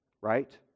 right